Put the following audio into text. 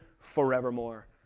forevermore